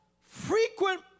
frequent